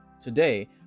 Today